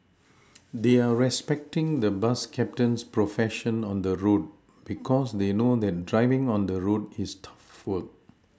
they're respecting the bus captain's profession on the road because they know that driving on the road is tough work